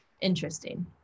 interesting